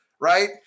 right